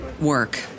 work